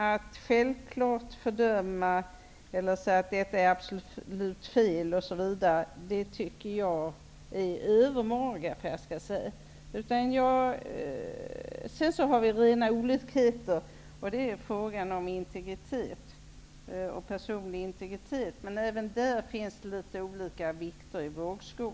Att självklart fördöma och säga att det här är absolut fel är övermaga. Det finns också rena olikheter i frågan om personlig integritet. Men även i den frågan är vikterna litet olika i vågskålen. Herr talman!